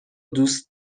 دوست